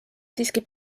siiski